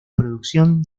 producción